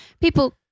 People